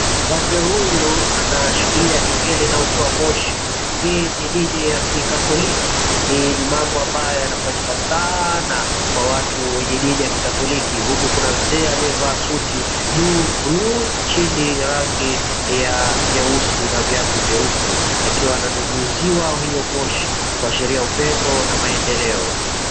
Padri huyu anashikilia kengele inayotoa moshi hii ni dini ya Kikatholiki yenye mambo ambayo yanafanyika sana kwa watu wenye dini ya katholiki huku kuna mzee aliyevaa suti juu blu chini rangi ya nyeusi na viatu vyeusi akiwa ananyunyuziwa hiyo moshi kuashiria upendo na maendeleo.